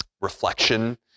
reflection